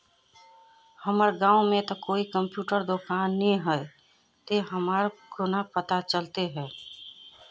हमर गाँव में ते कोई कंप्यूटर दुकान ने है ते हमरा केना पता चलते है?